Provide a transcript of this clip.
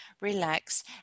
relax